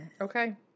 Okay